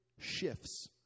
shifts